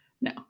No